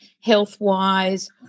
health-wise